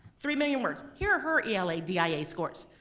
three million words! here are her eladia scores,